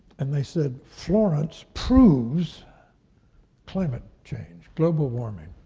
and they said, florence proves climate change, global warming.